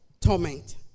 torment